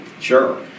Sure